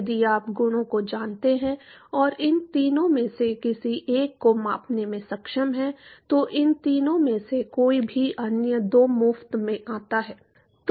यदि आप गुणों को जानते हैं और इन तीनों में से किसी एक को मापने में सक्षम हैं तो इन तीनों में से कोई भी अन्य दो मुफ्त में आता है